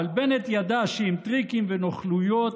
אבל בנט ידע שעם טריקים ונוכלויות